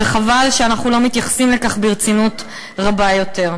וחבל שאנחנו לא מתייחסים לכך ברצינות רבה יותר.